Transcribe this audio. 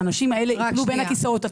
שהם יפלו בין הכיסאות,